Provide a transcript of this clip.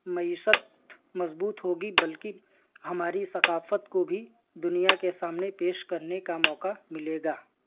معیشت مضبوط ہوگی بلکہ ہماری ثقافت کو بھی دنیا کے سامنے پیش کرنے کا موقع ملے گا